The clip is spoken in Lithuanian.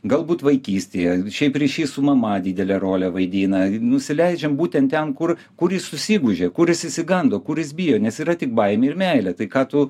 galbūt vaikystėje šiaip ryšys su mama didelę rolę vaidina nusileidžiam būtent ten kur kur jis susigūžė kur jis išsigando kur jis bijo nes yra tik baimė ir meilė tai ką tu